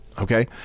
Okay